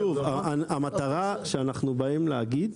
שוב המטרה שאנחנו באים להגיד,